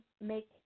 make